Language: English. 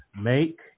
make